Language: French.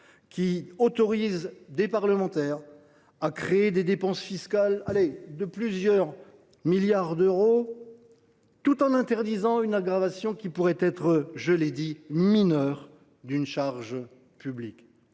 qui autorise des parlementaires à créer des dépenses fiscales de plusieurs milliards d’euros tout en interdisant une aggravation, même minime, d’une charge publique.